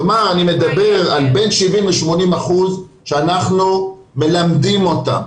כלומר אני מדבר על בין 70%-80% שאנחנו מלמדים אותם,